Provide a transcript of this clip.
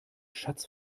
schatz